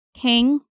king